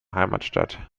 heimatstadt